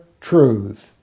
truth